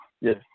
Yes